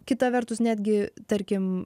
kita vertus netgi tarkim